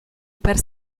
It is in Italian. per